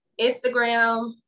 instagram